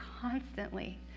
constantly